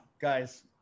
guys